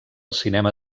cinema